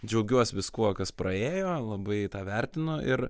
džiaugiuos viskuo kas praėjo labai tą vertinu ir